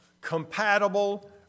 compatible